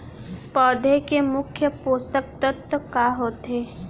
पौधे के मुख्य पोसक तत्व का होथे?